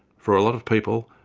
for a lot of people,